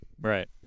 Right